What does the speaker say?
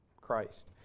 Christ